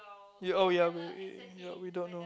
ya oh ya we we don't know